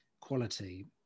quality